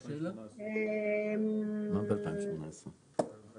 מה